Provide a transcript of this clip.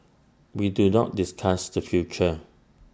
we do not discuss the future